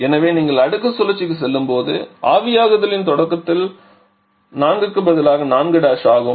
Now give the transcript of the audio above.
எனவே நீங்கள் அடுக்கு சுழற்சிக்குச் செல்லும்போது ஆவியாகுதலின் தொடக்கத்தில் 4 க்கு பதிலாக 4' ஆகும்